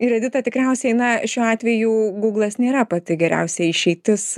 ir edita tikriausiai na šiuo atveju gūglas nėra pati geriausia išeitis